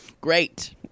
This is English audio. Great